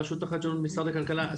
הרשות לחדשנות ומשרד הכלכלה,